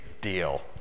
deal